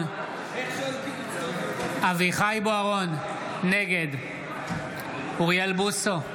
אברהם בוארון, נגד אוריאל בוסו,